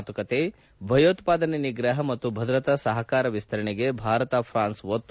ಮಾತುಕತೆ ಭಯೋತ್ಸಾದನೆ ನಿಗ್ರಹ ಮತ್ತು ಭದ್ರತಾ ಸಹಕಾರ ವಿಸ್ತರಣೆಗೆ ಭಾರತ ಫ್ರಾನ್ಸ್ ಒತ್ತು ಪ್ರಧಾನಮಂತ್ರಿ